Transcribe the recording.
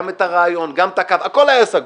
גם את הרעיון - הכול היה סגור.